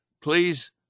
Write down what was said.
Please